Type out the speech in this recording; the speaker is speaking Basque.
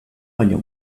baino